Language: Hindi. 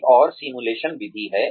एक और सिमुलेशन विधि है